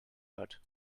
out